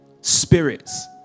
spirits